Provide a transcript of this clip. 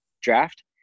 draft